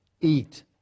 eat